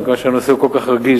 מכיוון שהנושא הוא כל כך רגיש,